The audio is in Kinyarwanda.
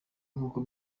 nk’uko